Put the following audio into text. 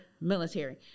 military